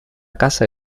casa